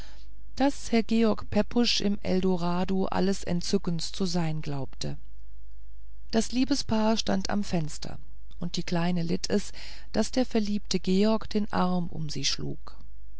daß herr georg pepusch im eldorado alles entzückens zu sein glaubte das liebespaar stand am fenster und die kleine litt es daß der verliebte george den arm um sie schlug